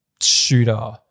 shooter